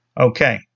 Okay